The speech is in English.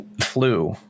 flu